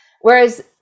whereas